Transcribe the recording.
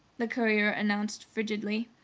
the courier announced frigidly.